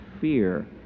fear